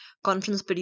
Conference